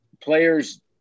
players